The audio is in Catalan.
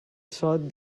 sot